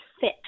fit